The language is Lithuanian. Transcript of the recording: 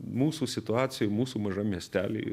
mūsų situacijoj mūsų mažam miestely